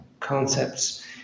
Concepts